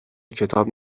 کتاب